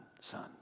son